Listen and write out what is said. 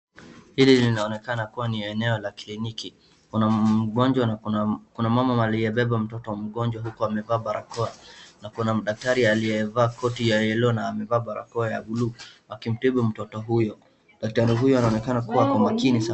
Hili linaonekana kuwa ni eneo la kliniki, kuna mgonjwa na kuna mama aliyebeba mtoto mgonjwa huku amevaa barakoa na kuna daktari aliyeva koti ya yellow na amevaa barakoa ya buluu, akimtibu mtoto huyu. Daktari huyu anaonekana kuwa kwa makini sana.